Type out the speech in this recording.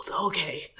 Okay